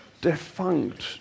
defunct